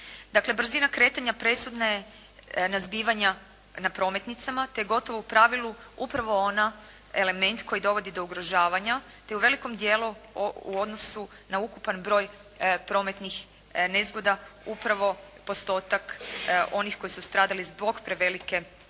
Dakle, brzina kretanja presudna je na zbivanja na prometnicama te je gotovo u pravilu upravo ona element koji dovodi do ugrožavanja te u velikom dijelu u odnosu na ukupan broj prometnih nezgoda upravo postotak onih koji su stradali zbog prevelike brzine